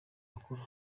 bakuru